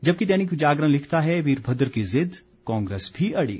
जबकि दैनिक जागरण लिखता है वीरभद्र की जिद्द कांग्रेस भी अड़ी